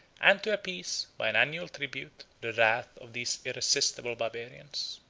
and to appease, by an annual tribute, the wrath of these irresistible barbarians.